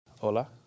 Hola